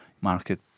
market